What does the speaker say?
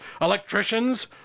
electricians